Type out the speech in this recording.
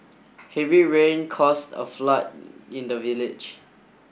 heavy rain caused a flood in the village